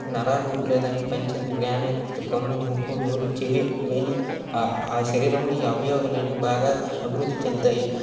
నరాలు లేదా పంచ జ్ఞానేం కన్నుముక్కు నోరు చెవి ఇవన్నీ ఆ శరీరంలో ఈ అవయవాలు అన్నీ బాగా అభివృద్ధి చెందుతాయి